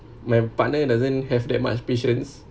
my partner doesn't have that much patience